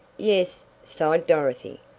yes, sighed dorothy.